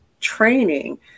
training